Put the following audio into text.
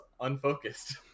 unfocused